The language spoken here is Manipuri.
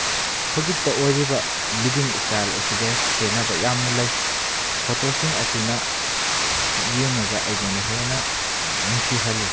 ꯍꯧꯖꯤꯛꯇ ꯑꯣꯏꯔꯤꯕ ꯂꯤꯚꯤꯡ ꯏꯁꯇꯥꯏꯜ ꯑꯁꯤꯒ ꯈꯦꯠꯅꯕ ꯌꯥꯝꯅ ꯂꯩ ꯐꯣꯇꯣꯁꯤꯡ ꯑꯁꯤꯅ ꯌꯦꯡꯉꯒ ꯑꯩꯉꯣꯟꯗ ꯍꯦꯟꯅ ꯅꯨꯡꯁꯤꯍꯜꯂꯤ